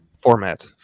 format